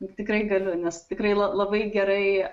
tikrai galiu nes tikrai la labai gerai